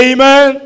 Amen